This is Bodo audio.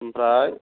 ओमफ्राय